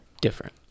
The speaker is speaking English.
different